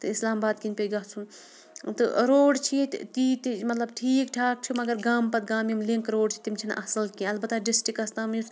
تہٕ اِسلام آباد کِنۍ پیٚیہِ گژھُن تہٕ روڑ چھِ ییٚتہِ تیٖتہِ مطلب ٹھیٖک ٹھاک چھِ مگر گامہٕ پَتہٕ گامہٕ یِم لِنٛک روڑ چھِ تِم چھِنہٕ اَصٕل کینٛہہ البتہ ڈِسٹِرٛکَس تام یُس